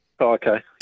Okay